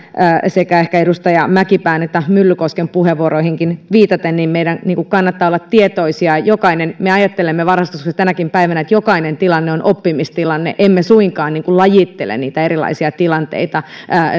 sekä edustaja mäkipään että edustaja myllykosken puheenvuoroihin viitatenkin meidän ehkä kannattaa olla tietoisia jokaisen me ajattelemme varhaiskasvatuksesta tänäkin päivänä että jokainen tilanne on oppimistilanne emme suinkaan lajittele erilaisia tilanteita